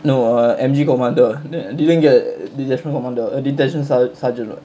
no uh M_G commander didn't get uh detachment commander uh uh detachment sergeant [what]